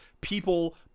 people